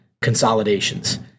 consolidations